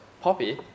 poppy